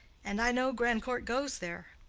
and i know grandcourt goes there.